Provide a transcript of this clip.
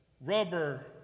rubber